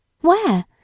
Where